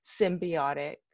symbiotic